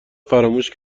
فراموش